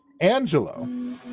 angelo